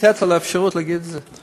לתת לו אפשרות להגיד את זה.